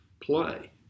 play